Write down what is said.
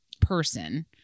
person